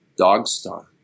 Dogstar